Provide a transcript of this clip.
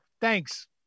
thanks